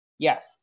yes